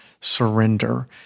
surrender